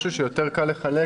השוברים זה משהו שיותר קל לחלק,